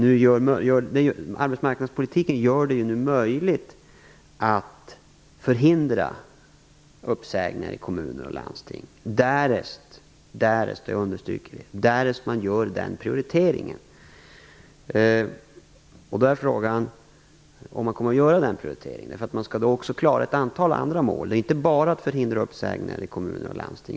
Arbetsmarknadspolitiken gör det nu möjligt att förhindra uppsägningar i kommuner och landsting därest, jag vill understryka det, man gör den prioriteringen. Då är frågan om man kommer att göra den prioriteringen. Man skall också klara ett antal andra mål och inte bara att förhindra uppsägningar i kommuner och landsting.